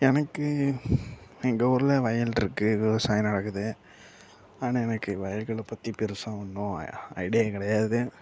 எனக்கு எங்கள் ஊரில் வயல் இருக்குது விவசாயம் நடக்குது ஆனால் எனக்கு வயல்களை பற்றி பெருசாக ஒன்று ஐடியா கிடையாது